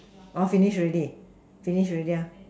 orh finished already finish already ah